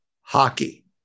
hockey